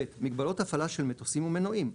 מגבלות הפעלה של מטוסים ומנועים,